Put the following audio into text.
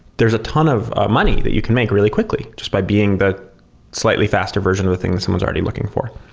there's a ton of money that you can make really quickly just by being the slightly faster version of the things someone's already looking for.